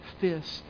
fist